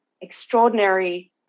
extraordinary